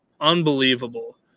unbelievable